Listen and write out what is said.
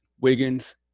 Wiggins